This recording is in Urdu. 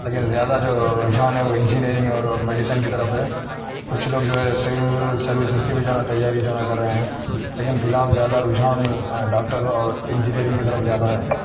لیکن زیادہ جو رجحان ہے وہ انجینیرنگ اور میڈیسن کی طرف ہے کچھ لوگ جو ہے سول سرویسز کی بھی جو ہے نا تیاری جو ہے نا کر رہے ہیں لیکن فی الحال زیادہ رجحان ڈاکٹر اور انجینیرنگ کی طرف زیادہ ہے